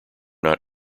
not